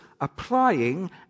applying